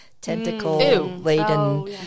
tentacle-laden